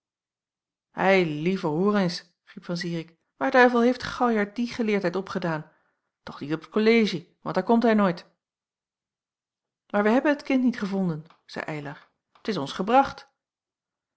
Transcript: municipal eilieve hoor eens riep van zirik waar duivel heeft galjart die geleerdheid opgedaan toch niet op t kollegie want daar komt hij nooit maar wij hebben het kind niet gevonden zeî eylar het is ons gebracht